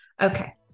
okay